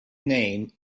name